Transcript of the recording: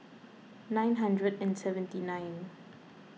nine hundred and seventy nine